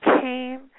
came